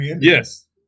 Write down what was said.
Yes